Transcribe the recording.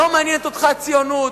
לא מעניינת אותך הציונות,